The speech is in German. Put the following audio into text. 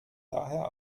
daher